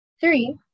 Three